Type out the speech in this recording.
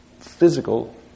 physical